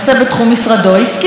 הצעת החוק התקדמה,